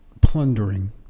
plundering